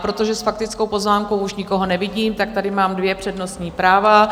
Protože s faktickou poznámkou už nikoho nevidím, tak tady mám dvě přednostní práva.